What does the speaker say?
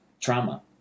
trauma